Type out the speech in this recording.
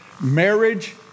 Marriage